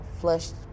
flushed